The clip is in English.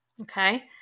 okay